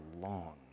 long